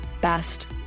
best